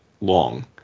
long